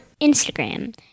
Instagram